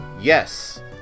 Yes